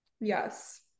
yes